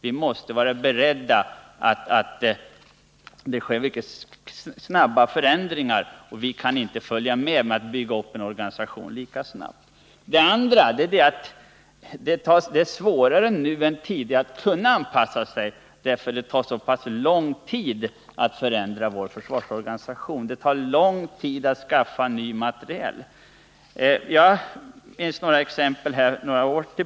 Vi måste vara beredda på att det sker snabba förändringar och att vi inte kan följa med och bygga upp en organisation lika snabbt. 209 För det andra är det svårare nu än tidigare att kunna anpassa sig, eftersom det tar förhållandevis lång tid att förändra vår försvarsorganisation. Det tar lång tid att skaffa ny materiel. Jag minns exempel som är några år gamla.